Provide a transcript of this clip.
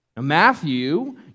Matthew